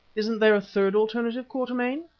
isn't there a third alternative, quatermain?